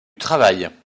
travail